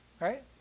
Right